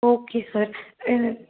okay sir